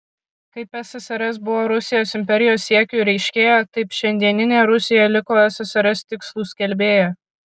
kaip ssrs buvo rusijos imperijos siekių reiškėja taip šiandieninė rusija liko ssrs tikslų skelbėja